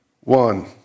one